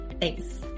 Thanks